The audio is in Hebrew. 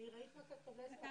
אני פותח את ישיבת